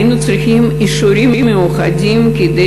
היינו צריכים אישורים מיוחדים כדי